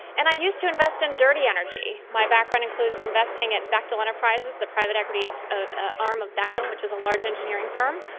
and i used to invest in dirty energy. my background includes investing at bechtel enterprises, the private equity ah arm of bechtel which is a large engineering firm.